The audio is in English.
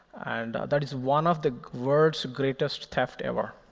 and that is one of the world's greatest thefts ever,